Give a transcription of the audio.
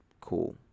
Cool